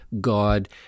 God